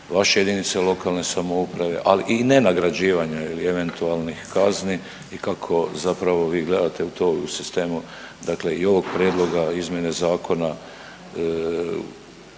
vaše jedinice lokalne samouprave, ali i nenagrađivanja ili eventualnih kazni i kako zapravo vi gledate to u sistemu? Dakle i ovog prijedloga izmjene zakona